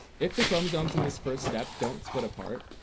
if the chromosomes in this first step don't split apart,